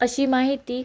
अशी माहिती